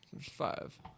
five